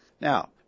Now